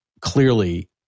clearly